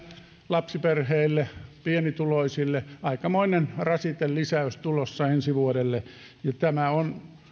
lapsiperheille pienituloisille aikamoinen rasitelisäys tulossa ensi vuodelle ja tämä on